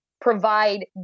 provide